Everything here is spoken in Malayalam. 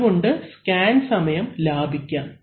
അതുകൊണ്ട് സ്കാൻ സമയം ലാഭിക്കാം